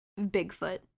Bigfoot